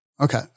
Okay